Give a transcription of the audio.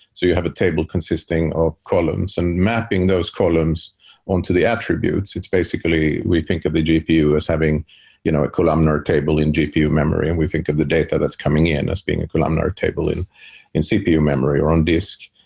so you have a table consisting of columns and mapping those columns onto the attributes, it's basically we think of the gpu as having you know a columnar table in gpu memory and we think of the data that's coming in as being a columnar table in in cpu memory, or on disk.